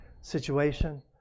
situation